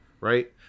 Right